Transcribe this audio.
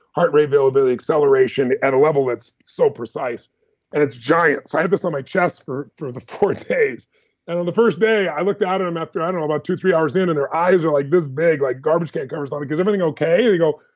heart rate variability, acceleration, at a level, it's so precise and it's giant so i had this on my chest for for four days, and on the first day, i looked out and after, i don't know, about two, three hours in and their eyes are like this big, like garbage can covers. i was like, is everything okay? they go,